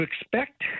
expect